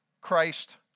Christ